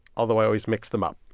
although i always mix them up.